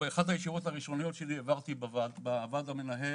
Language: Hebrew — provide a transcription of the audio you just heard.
באחת הישיבות הראשונות שלי העברתי בוועד המנהל